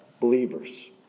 believers